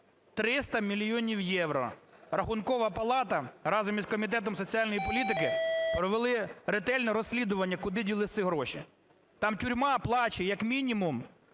300 мільйонів євро. Рахункова палата разом із Комітетом соціальної політики провели ретельне розслідування, куди ділись ці гроші. Там тюрма плаче, як мінімум,